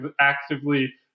actively